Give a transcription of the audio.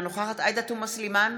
אינה נוכחת עאידה תומא סלימאן,